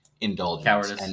indulgence